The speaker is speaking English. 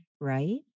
right